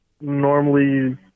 normally